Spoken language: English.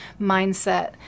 mindset